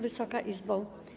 Wysoka Izbo!